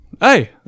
Hey